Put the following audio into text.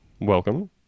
welcome